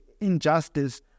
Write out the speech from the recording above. injustice